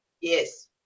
Yes